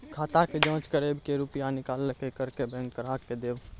खाता के जाँच करेब के रुपिया निकैलक करऽ बैंक ग्राहक के देब?